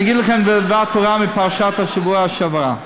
אני אגיד לכם דבר תורה מפרשת השבוע שעבר.